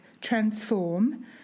Transform